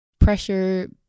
Pressure